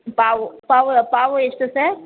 ಬಾವು ಪಾವು ಪಾವು ಎಷ್ಟು ಸರ್